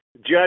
judge